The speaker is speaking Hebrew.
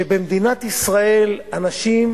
שבמדינת ישראל אנשים